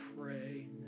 pray